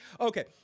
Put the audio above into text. Okay